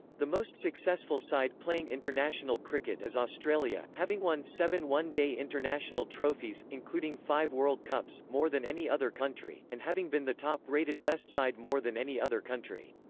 the most successful side playing international cricket is australia, having won seven one day international trophies, including five world cups, more than any other country, and having been the top-rated test side more than any other country.